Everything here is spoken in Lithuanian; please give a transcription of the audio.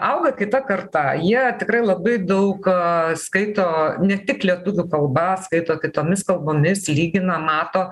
auga kita karta jie tikrai labai daug skaito ne tik lietuvių kalba skaito kitomis kalbomis lygina mato